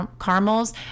caramels